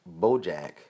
BoJack